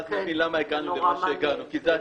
ואז תבין למה הגענו למה שהגענו, כי אלה התיקונים.